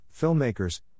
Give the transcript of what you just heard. filmmakers